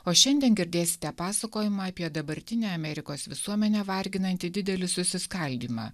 o šiandien girdėsite pasakojimą apie dabartinę amerikos visuomenę varginantį didelį susiskaldymą